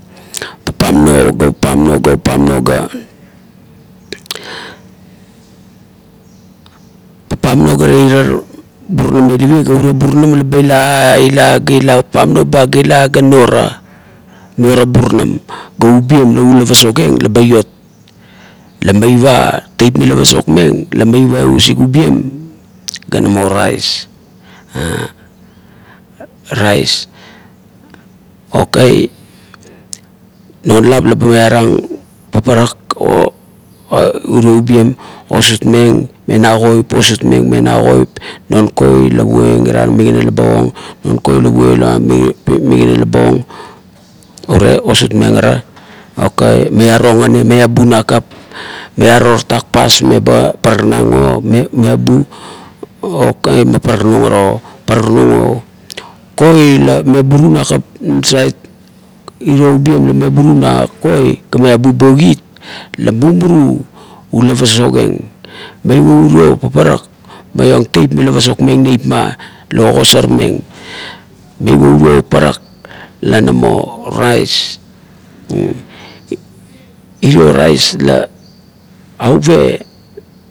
Papamno ga papamno ga papmno, papamno ga teira burunam me lavie ga urie burunam la ba ila. ila gaila papamno ba ga no ra, no ra burunam ga ubien laupasakieng bar iot, la meiva teip mila pasokmeng la meiva usik ubien ga namo rais arais. okei non lap la ba mearing paparak urio ubien osutmeng me na koip osutmeng me na koip non koi la puoieng ira migana laba ong non koi la pouieng ira migana laba ong non koi la puoieng ira migana laba ong urie o sutmeng ara okei miaro ngane meabu nakap mearo tatak pas meba paraknang o meabu okei man paraknung arao, paraknunng ara o. Koi la meburu nakap nasait uro ubien le meburu na koi ga meabu bo kit la mumuru ula pasokmeng meiva urio parak meiong teip mila pasokmeng la ogosarmeng la ogosarmeng meiva urio parak la na mo rais. Irio rais la auve.